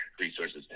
resources